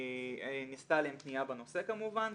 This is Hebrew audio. נעשתה אליהם פנייה בנושא כמובן,